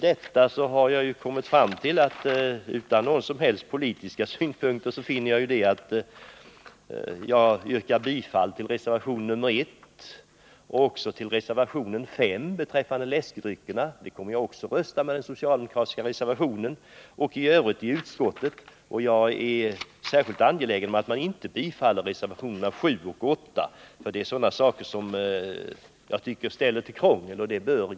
Utan att behöva anföra några som helst politiska skäl kan jag yrka bifall till reservation 1. Jag biträder också den socialdemokratiska reservationen, nr 5, beträffande slopande av visst tillståndstvång för servering av alkoholfria drycker. I övrigt yrkar jag bifall till utskottets hemställan. Jag är särskilt angelägen om att reservationerna 7 och 8 inte bifalles. De innehåller sådant som bara krånglar till det hela.